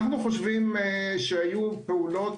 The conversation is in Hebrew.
אנו חושבים שהיו פעולות,